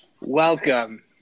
welcome